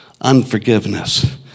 unforgiveness